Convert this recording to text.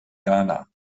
ghana